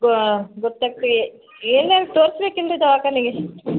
ಗ್ವಾ ಗೊತ್ತಾಗ್ತೆ ಎಲ್ಲೆಲ್ಲಿ ತೋರ್ಸ್ಬೇಕು ಏನ್ರಿ ದವಾಖಾನಿಗೆ